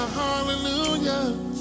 hallelujah